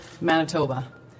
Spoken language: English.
Manitoba